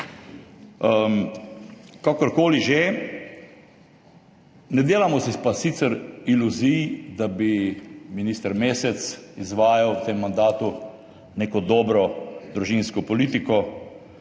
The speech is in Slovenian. Kakorkoli že, ne delamo si pa sicer iluzij, da bi minister Mesec izvajal v tem mandatu neko dobro družinsko politiko.